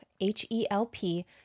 H-E-L-P